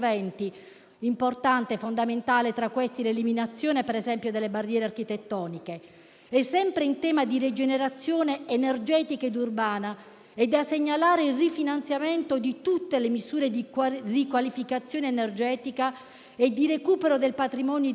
interventi. Fondamentale, tra questi, è l'eliminazione - per esempio - delle barriere architettoniche. E, sempre in tema di rigenerazione energetica e urbana, è da segnalare il rifinanziamento di tutte le misure di riqualificazione energetica e di recupero del patrimonio edilizio